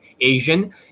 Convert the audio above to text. Asian